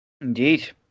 Indeed